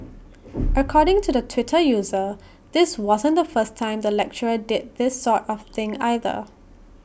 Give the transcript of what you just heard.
according to the Twitter user this wasn't the first time the lecturer did this sort of thing either